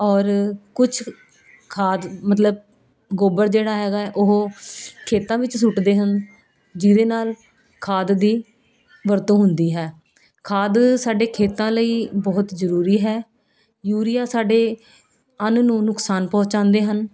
ਔਰ ਕੁਛ ਖਾਦ ਮਤਲਬ ਗੋਬਰ ਜਿਹੜਾ ਹੈਗਾ ਉਹ ਖੇਤਾਂ ਵਿੱਚ ਸੁੱਟਦੇ ਹਨ ਜਿਹਦੇ ਨਾਲ ਖਾਦ ਦੀ ਵਰਤੋਂ ਹੁੰਦੀ ਹੈ ਖਾਦ ਸਾਡੇ ਖੇਤਾਂ ਲਈ ਬਹੁਤ ਜ਼ਰੂਰੀ ਹੈ ਯੂਰੀਆ ਸਾਡੇ ਅੰਨ ਨੂੰ ਨੁਕਸਾਨ ਪਹੁੰਚਾਉਂਦੇ ਹਨ